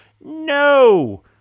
No